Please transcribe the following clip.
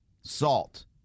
salt